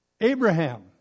Abraham